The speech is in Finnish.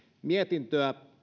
mietintöä